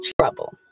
trouble